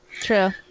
True